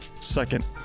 Second